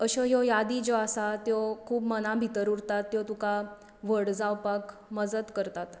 अश्यो ह्यो यादी ज्यो आसा त्यो खूब मनां भितर उरतात त्यो तुका व्हड जावपाक मजत करतात